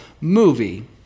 movie